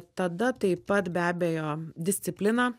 tada taip pat be abejo disciplina